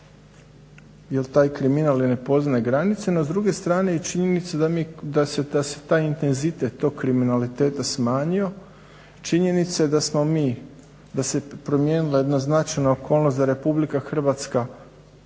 jer taj kriminal i ne poznaje granice. No, s druge strane i činjenica da se taj intenzitet tog kriminaliteta smanjio. Činjenica je da smo mi, da se promijenila jedna značajna okolnost da je Republika Hrvatska